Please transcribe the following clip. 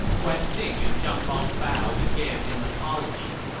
guan xing and zhang bao bowed again in apology.